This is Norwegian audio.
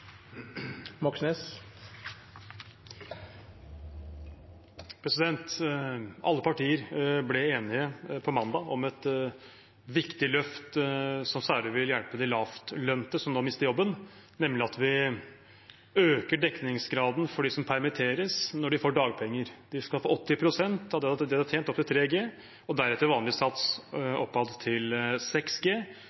Alle partier ble på mandag enige om et viktig løft, som særlig vil hjelpe de lavtlønte som nå mister jobben, nemlig at vi øker dekningsgraden for dem som permitteres når de får dagpenger. De skal få 80 pst. av det de har tjent, opp til 3G, og deretter vanlig sats